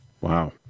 Wow